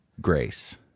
Grace